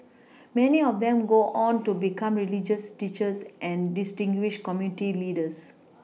many of them go on to become religious teachers and distinguished community leaders